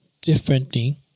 differently